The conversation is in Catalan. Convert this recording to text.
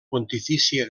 pontifícia